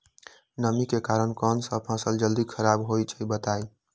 नमी के कारन कौन स फसल जल्दी खराब होई छई बताई?